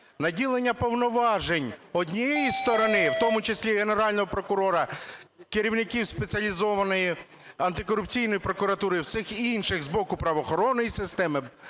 наділення повноважень однієї сторони, в тому числі Генерального прокурора, керівників Спеціалізованої антикорупційної прокуратури і всіх інших з боку правоохоронної системи,